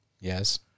Yes